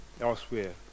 elsewhere